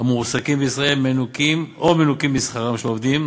המועסקים בישראל או מנוכים משכרם של העובדים,